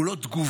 הוא לא תגובה.